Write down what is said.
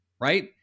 right